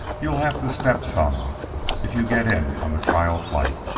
you'll have to step some if you get in on the trial flight.